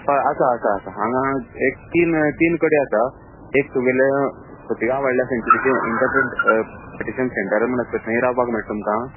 हय आसा आसा आसा हांगा एक तीन तीन कडेन आसा एक तुगेल्या खोतिगांव वायल्ड लायफ सॅन्चुरिचे इन्टप्री प्रिटेशन सॅन्टर म्हूण आसा थंय रावपाक मेळटा तुमकां